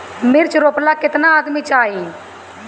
मिर्च रोपेला केतना आदमी चाही?